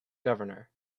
governor